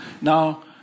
now